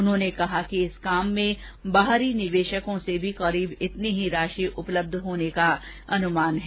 उन्होंने कहा कि इस काम में बाहरी निवेशकों से भी करीब इतनी ही राशि उपलब्ध होने का अनुमान है